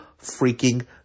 freaking